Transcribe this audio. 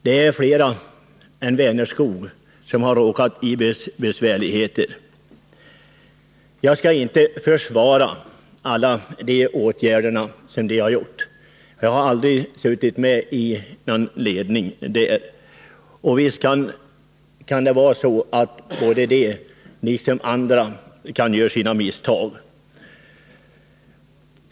Det är fler än Vänerskog som har råkat i besvärligheter. Jag skall inte försvara alla företagets åtgärder — jag har aldrig suttit med i ledningen för Vänerskog-— och visst kan de liksom andra ha gjort sina misstag.